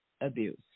abuse